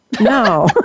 No